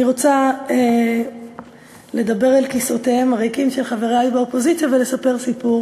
אני רוצה לדבר אל כיסאותיהם הריקים של חברי באופוזיציה ולספר סיפור